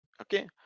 okay